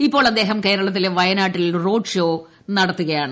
ഇപ്പോൾ അദ്ദേഹം കേരളത്തിലെ വയനാട്ടിൽ റോഡ് ഷോ നടത്തുകയാണ്